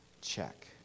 check